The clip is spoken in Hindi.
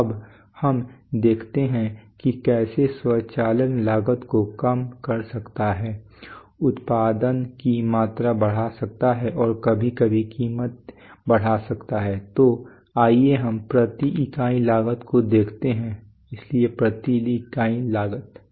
तो अब हम देखते हैं कि कैसे स्वचालन लागत को कम कर सकता है उत्पादन की मात्रा बढ़ा सकता है और कभी कभी कीमत बढ़ा सकता है तो आइए हम प्रति इकाई लागत को देखते हैं इसलिए प्रति इकाई लागत